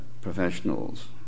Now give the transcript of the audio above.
professionals